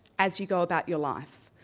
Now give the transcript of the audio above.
as you go about your life.